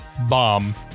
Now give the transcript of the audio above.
bomb